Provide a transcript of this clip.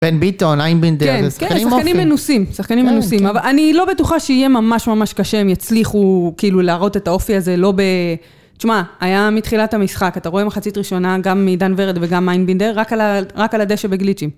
בן ביטון, איין בינדר, זה שחקנים עם אופי. כן, כן, שחקנים מנוסים, שחקנים מנוסים. אבל אני לא בטוחה שיהיה ממש ממש קשה אם יצליחו כאילו להראות את האופי הזה לא ב... תשמע, היה מתחילת המשחק, אתה רואה מחצית ראשונה גם מעידן ורד וגם איין בינדר, רק על הדשא בגליצ'ים.